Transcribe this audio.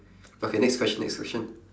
okay next question next question